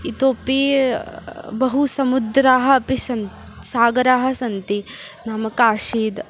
इतोपि बहु समुद्राः अपि सन् सागराः सन्ति नाम काशी